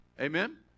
Amen